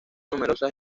numerosas